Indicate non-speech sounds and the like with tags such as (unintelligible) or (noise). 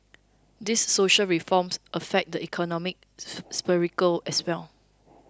these social reforms affect the economic (unintelligible) as well